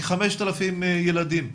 כ-5,000 ילדים.